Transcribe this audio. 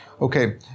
Okay